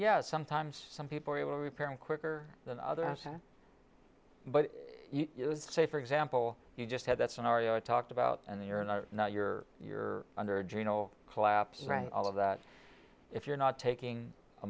yes sometimes some people will repair and quicker than other but you know so for example you just had that scenario i talked about and you're not you're you're under juno collapse right all of that if you're not taking a